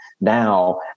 now